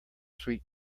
sweet